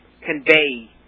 convey